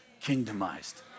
kingdomized